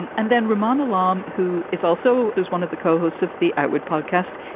and and then ramona alarm, who is also is one of the co-hosts of the atwood podcast.